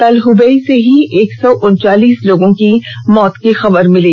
कल हुबेई से ही एक सौ उनचालीस लोगों की मौत की खबर मिली